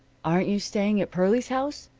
aren't you staying at pearlie's house?